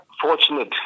fortunate